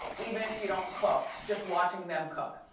even if you don't cook, just watching them cook.